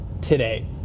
today